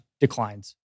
declines